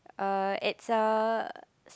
uh it's a